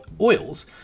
oils